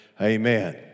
Amen